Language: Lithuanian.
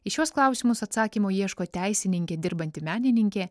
į šiuos klausimus atsakymų ieško teisininke dirbanti menininkė